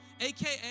AKA